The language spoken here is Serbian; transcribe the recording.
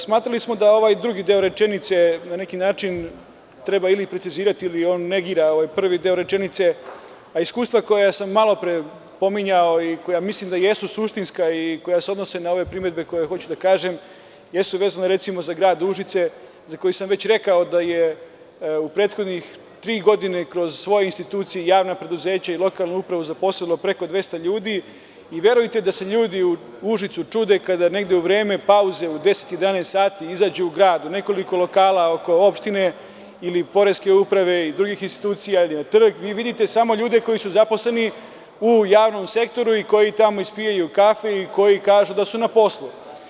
Smatrali smo da ovaj drugi deo rečenice na neki način treba ili precizirati ili on negira ovaj prvi deo rečenice, a iskustva koja sam malopre pominjao i koja mislim da jesu suštinska i koja se odnose na ove primedbe koje hoću da kažem jesu vezane, recimo, za grad Užice, za koji sam već rekao da je u prethodne tri godine, kroz svoje institucije i javna preduzeća i lokalne uprave, zaposlio preko 200 ljudi i verujte da se ljudi u Užicu čude kada negde u vreme pauze u 10-11 sati izađu u grad u nekoliko lokala oko opštine ili poreske uprave i drugih institucija ili na trg, vi vidite samo ljude koji su zaposleni u javnom sektoru i koji tamo ispijaju kafe i koji kažu da su na poslu.